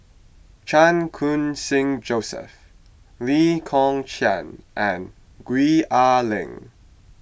Chan Khun Sing Joseph Lee Kong Chian and Gwee Ah Leng